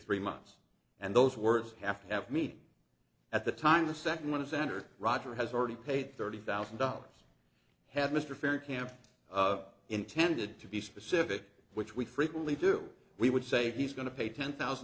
three months and those words have to have me at the time the second one is senator roger has already paid thirty thousand dollars had mr farron camp of intended to be specific which we frequently do we would say he's going to pay ten thousand